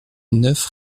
neuf